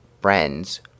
friends